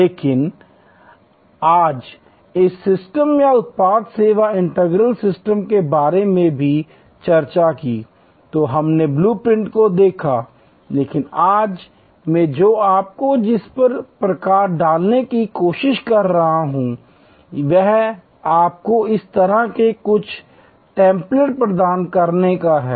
लेकिन आज मैं आपको जिस पर प्रकाश डालने की कोशिश कर रहा हूं वह आपको इस तरह के कुछ टेम्पलेट प्रदान करना है